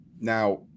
now